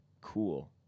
cool